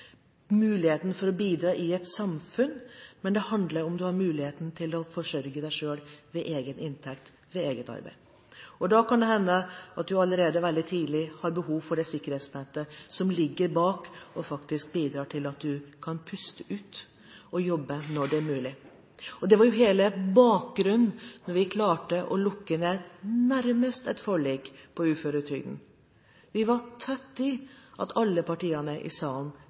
muligheten for å bidra i et samfunn, men det handler om hvorvidt du har muligheten til å forsørge deg selv med egen inntekt fra eget arbeid. Det kan hende at du veldig tidlig har behov for det sikkerhetsnettet som ligger bak og faktisk bidrar til at du kan puste ut og jobbe når det er mulig. Det var hele bakgrunnen da vi nærmest klarte å komme til et forlik på uføretrygden. Vi var tett på at alle partiene i salen